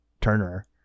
Turner